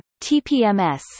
TPMS